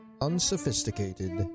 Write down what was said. unsophisticated